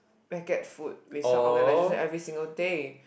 packet food with some organisation every single day